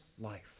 life